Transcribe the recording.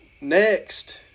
next